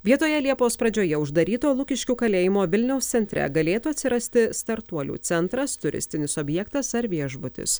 vietoje liepos pradžioje uždaryto lukiškių kalėjimo vilniaus centre galėtų atsirasti startuolių centras turistinis objektas ar viešbutis